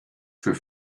für